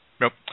Nope